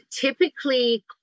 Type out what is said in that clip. typically